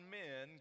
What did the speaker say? men